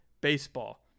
Baseball